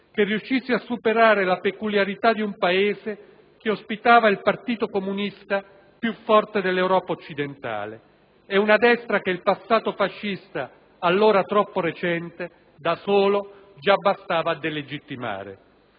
che riuscisse a superare la peculiarità di un Paese che ospitava il partito comunista più forte dell'Europa occidentale e una destra che il passato fascista allora troppo recente, da solo, già bastava a delegittimare.